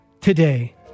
today